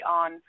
on